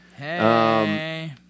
Hey